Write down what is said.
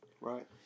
Right